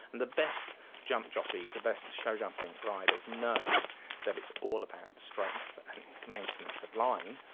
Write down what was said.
and the best jump jockeys, the best showjumping riders know that it's all about straightness and maintenance of line.